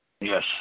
Yes